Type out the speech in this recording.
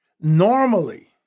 Normally